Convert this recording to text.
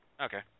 Okay